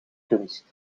kunst